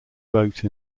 vote